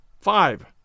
five